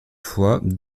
fois